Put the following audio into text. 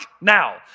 Now